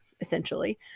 essentially